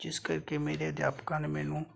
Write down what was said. ਜਿਸ ਕਰਕੇ ਮੇਰੇ ਅਧਿਆਪਕਾਂ ਨੇ ਮੈਨੂੰ